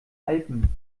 alpen